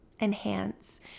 enhance